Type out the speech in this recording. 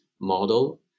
model